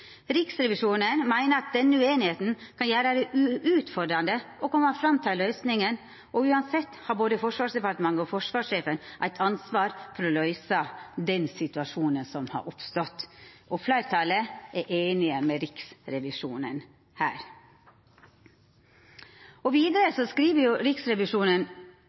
Riksrevisjonen mener denne uenigheten kan gjøre det utfordrende å komme fram til en løsning, og uansett har både Forsvarsdepartementet og Forsvarssjefen et ansvar for å løse den situasjonen som har oppstått.» Fleirtalet er einig med Riksrevisjonen her.